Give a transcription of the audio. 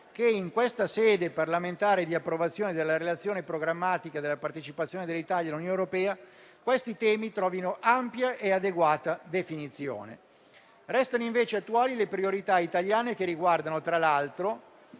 che in questa sede parlamentare di approvazione della relazione programmatica della partecipazione dell'Italia all'Unione europea questi temi trovino ampia e adeguata definizione. Restano invece attuali le priorità italiane che riguardano, tra l'altro,